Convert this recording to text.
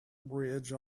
bridge